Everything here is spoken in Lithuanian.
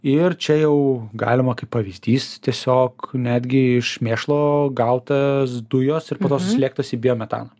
ir čia jau galima kaip pavyzdys tiesiog netgi iš mėšlo gautas dujos ir po to suslėgtas į biometaną